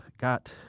got